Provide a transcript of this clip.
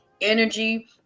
energy